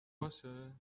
باشه